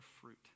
fruit